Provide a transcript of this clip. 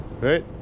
right